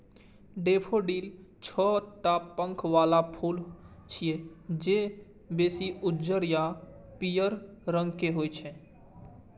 daffodil छह टा पंख बला फूल छियै, जे बेसी उज्जर आ पीयर रंग के होइ छै